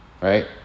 right